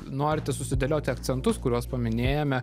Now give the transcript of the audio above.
norite susidėlioti akcentus kuriuos paminėjome